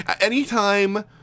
anytime